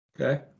Okay